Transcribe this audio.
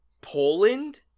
Poland